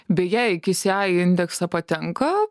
beje į ksi indeksą patenka